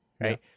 right